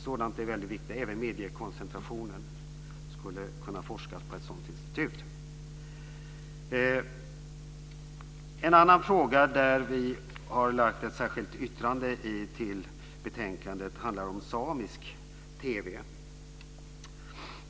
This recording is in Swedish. Sådant är väldigt viktigt. Även mediekoncentrationen skulle det kunna forskas om på ett sådant institut. En annan fråga där vi har ett särskilt yttrande i betänkandet handlar om samisk TV.